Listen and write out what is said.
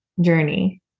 journey